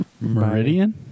Meridian